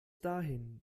dahin